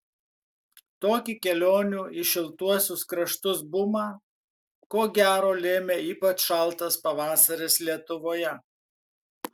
tokį kelionių į šiltuosius kraštus bumą ko gero lėmė ypač šaltas pavasaris lietuvoje